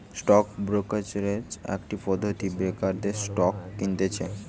stock brokerage একটা পদ্ধতি ব্রোকাররা স্টক কিনতেছে